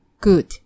good